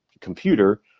Computer